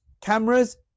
cameras